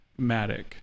matic